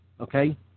Okay